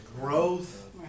growth